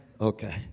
Okay